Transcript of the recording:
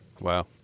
Wow